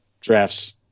drafts